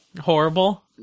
Horrible